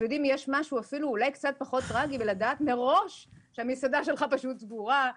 יש משהו פחות טראגי בלדעת מראש שהמסעדה שלך סגורה,